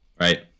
right